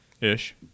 Ish